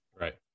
Right